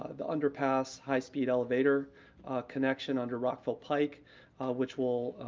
the underpass high-speed elevator connection under rockville pike which will